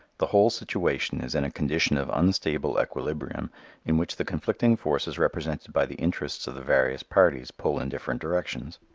the whole situation is in a condition of unstable equilibrium in which the conflicting forces represented by the interests of the various parties pull in different directions.